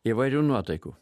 įvairių nuotaikų